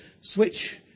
switch